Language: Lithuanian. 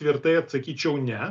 tvirtai atsakyčiau ne